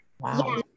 Wow